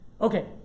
Okay